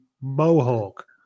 mohawk